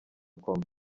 coma